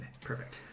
Perfect